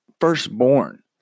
firstborn